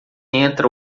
entra